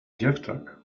dziewczak